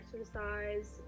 exercise